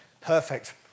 Perfect